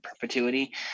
perpetuity